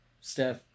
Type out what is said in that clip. Steph